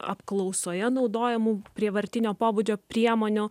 apklausoje naudojamų prievartinio pobūdžio priemonių